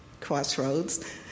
crossroads